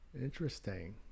Interesting